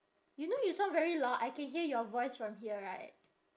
you know you sound very loud I can hear your voice from here right